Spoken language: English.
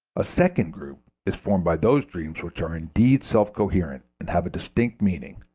a second group is formed by those dreams which are indeed self-coherent and have a distinct meaning,